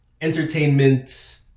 entertainment